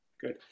Good